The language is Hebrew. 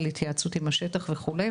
על התייעצות עם השטח וכדומה.